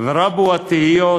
ורבו התהיות,